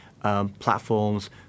platforms